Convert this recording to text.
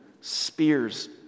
spears